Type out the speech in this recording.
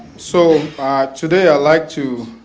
so ah today i'd like to